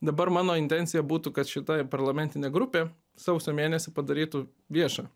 dabar mano intencija būtų kad šita parlamentinė grupė sausio mėnesį padarytų viešą